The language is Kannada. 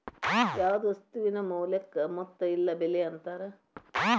ಯಾವ್ದ್ ವಸ್ತುವಿನ ಮೌಲ್ಯಕ್ಕ ಮೊತ್ತ ಇಲ್ಲ ಬೆಲೆ ಅಂತಾರ